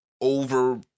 over